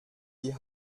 die